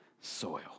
soil